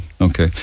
okay